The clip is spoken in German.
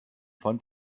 fand